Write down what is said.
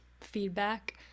feedback